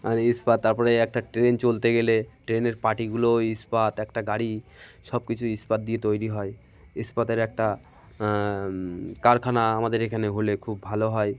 আর ইস্পাত তার পরে একটা ট্রেন চলতে গেলে ট্রেনের পাটিগুলো ওই ইস্পাত একটা গাড়ি সব কিছু ইস্পাত দিয়ে তৈরি হয় ইস্পাতের একটা কারখানা আমাদের এখানে হলে খুব ভালো হয়